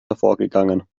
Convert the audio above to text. hervorgegangen